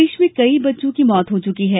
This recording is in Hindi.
प्रदेश में कई बच्चों की मौत हो चुकी है